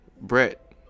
Brett